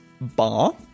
bar